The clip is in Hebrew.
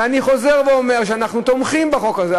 ואני חוזר ואומר שאנחנו תומכים בחוק הזה.